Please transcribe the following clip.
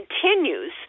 continues